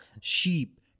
sheep